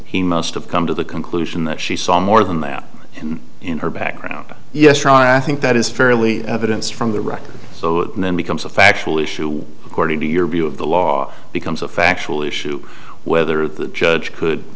he must have come to the conclusion that she saw more than that in her background yes try i think that is fairly evidence from the record and then becomes a factual issue according to your view of the law becomes a factual issue whether the judge could